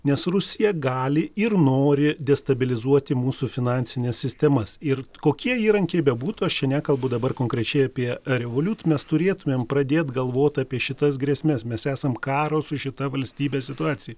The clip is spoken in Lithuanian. nes rusija gali ir nori destabilizuoti mūsų finansines sistemas ir kokie įrankiai bebūtų aš čia nekalbu dabar konkrečiai apie revoliut mes turėtumėm pradėt galvot apie šitas grėsmes mes esam karo su šita valstybe situacijoj